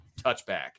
touchback